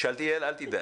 שאלתיאל, אל תדאג.